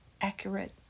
accurate